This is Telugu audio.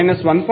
60210 19